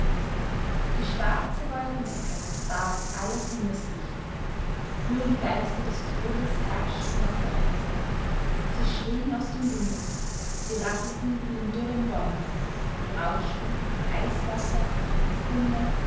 die schwarze wolkendecke barg alles himmelslicht nur die geister des todes herrschten auf der erde sie schrieen aus dem winde sie rasselten in den dürren bäumen und rauschten im eiswasser die kunde